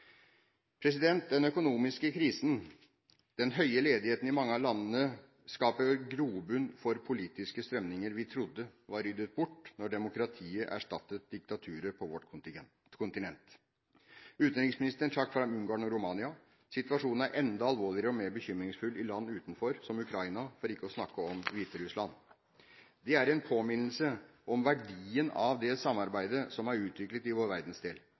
Den økonomiske krisen og den høye ledigheten i mange av landene skaper grobunn for politiske strømninger vi trodde var ryddet bort da demokratiet erstattet diktaturet på vårt kontinent. Utenriksministeren trakk fram Ungarn og Romania. Situasjonen er enda alvorligere og mer bekymringsfull i land utenfor, som Ukraina, for ikke å snakke om Hviterussland. Det er en påminnelse om verdien av det samarbeidet som er utviklet i vår verdensdel,